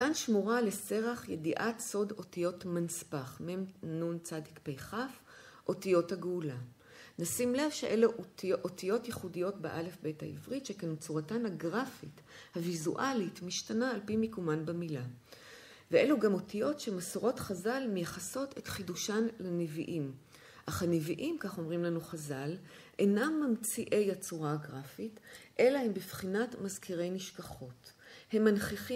כאן שמורה לסרח ידיעת סוד אותיות מנצפ"ך, מם, נון צדי, פה, כף, אותיות הגאולה. נשים לב שאלה אותיות ייחודיות באלף בית העברית, שכן צורתן הגרפית הויזואלית משתנה על פי מיקומן במילה. ואלו גם אותיות שמסורות חז"ל מייחסות את חידושן לנביאים. אך הנביאים, כך אומרים לנו חז"ל, אינם ממציאי הצורה הגרפית, אלא הם בבחינת מזכירי נשכחות. הם מנכיחים...